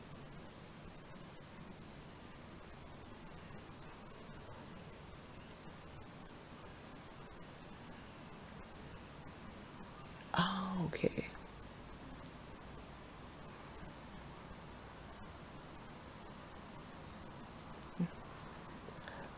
oh okay